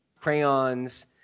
crayons